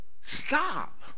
Stop